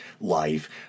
life